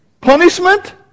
punishment